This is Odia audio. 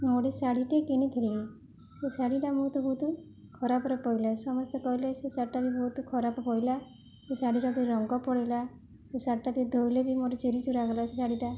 ମୁଁ ଗୋଟେ ଶାଢ଼ୀଟେ କିଣିଥିଲି ସେ ଶାଢ଼ୀଟା ମୋତେ ବହୁତ ଖରାପରେ ପଇଲା ସମସ୍ତେ କହିଲେ ସେ ଶାଢ଼ୀଟା ବି ବହୁତ ଖରାପ ପଇଲା ସେ ଶାଢ଼ୀର ବି ରଙ୍ଗ ପଳାଇଲା ସେ ଶାଢ଼ୀଟା ବି ଧୋଇଲେ ବି ମୋର ଚିରିଚୁରା ଗଲା ସେ ଶାଢ଼ୀଟା